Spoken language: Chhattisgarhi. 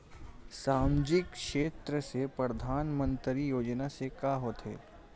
सामजिक क्षेत्र से परधानमंतरी योजना से का होथे?